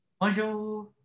Bonjour